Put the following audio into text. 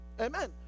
Amen